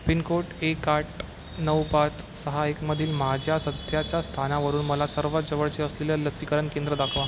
pin code एक आठ नऊ पाच सहा एकमधील माझ्या सध्याच्या स्थानावरून मला सर्वात जवळचे असलेले लसीकरण केंद्र दाखवा